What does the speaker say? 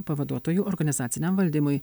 pavaduotoju organizaciniam valdymui